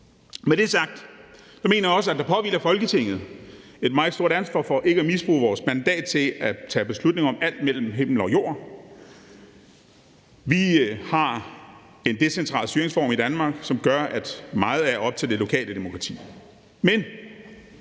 Med det sagt mener jeg også, at der påhviler Folketinget et meget stort ansvar for ikke at misbruge vores mandat til at tage beslutninger om alt mellem himmel og jord. Vi har en decentral styringsform i Danmark, som gør, at meget er op til det lokale demokrati,